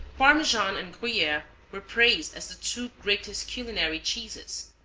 parmesan and gruyere were praised as the two greatest culinary cheeses.